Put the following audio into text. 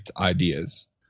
ideas